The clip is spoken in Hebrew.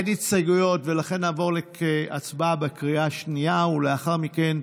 ולכן נעבור להצבעה בקריאה השנייה, ולאחר מכן,